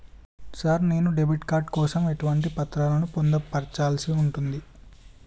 Sir నేను debit card కోసం ఎటువంటి పత్రాలను పొందుపర్చాల్సి ఉంటది?